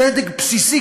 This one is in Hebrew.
צדק בסיסי,